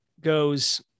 goes